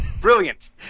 Brilliant